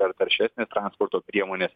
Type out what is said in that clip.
ar taršesnės transporto priemonės